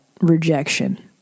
rejection